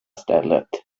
stället